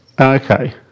Okay